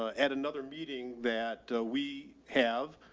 ah at another meeting that, ah, we have,